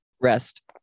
Rest